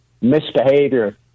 misbehavior